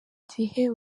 gihe